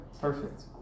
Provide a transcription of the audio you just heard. Perfect